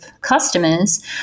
customers